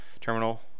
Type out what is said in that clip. terminal